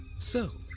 so